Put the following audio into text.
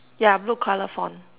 yeah blue colour font